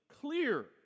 clear